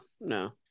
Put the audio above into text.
No